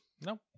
No